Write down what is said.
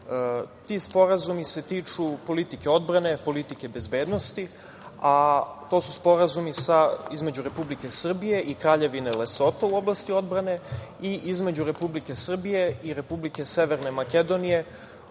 Ti sporazumi se tiču politike odbrane, politike bezbednosti, a to su sporazumi između Republike Srbije i Kraljevine Lesoto u oblasti odbrane i između Republike Srbije i Republike Severne Makedonije